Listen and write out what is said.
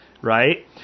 right